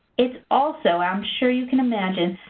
it's also, i'm sure you can imagine,